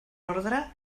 ordre